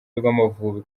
rw’amavubi